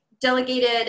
delegated